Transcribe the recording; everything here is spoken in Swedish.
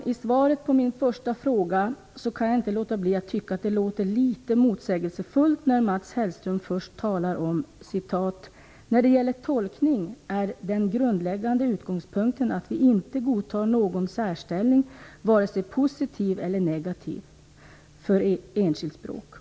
Jag kan inte låta bli att tycka att Mats Hellströms svar på min första fråga låter litet motsägelsefullt. Han säger att den grundläggande utgångspunkten när det gäller tolkning är att vi inte godtar någon särställning, vare sig positiv eller negativ, för enskilt språk.